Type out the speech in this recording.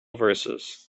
verses